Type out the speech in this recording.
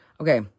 Okay